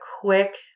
quick